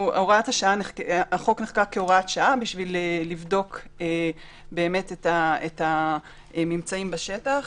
החוק נחקק כהוראת שעה כדי לבדוק את הממצאים בשטח.